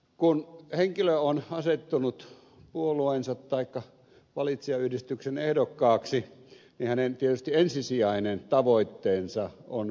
kun henkilö on asettunut puolueensa taikka valitsijayhdistyksen ehdokkaaksi niin hänen ensisijainen tavoitteensa on tietysti päästä läpi